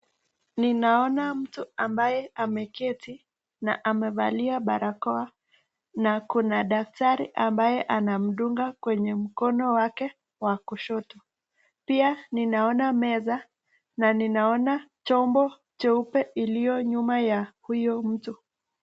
Ninaona mtu ambaye ameketi na amevalia barakoa na kuna daktari ambaye anamdunga kwenye mkono wake wa kushoto. Pia ninaona meza na ninaona chombo cheupe ilio nyuma ya huyo mtu.